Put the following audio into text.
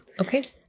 Okay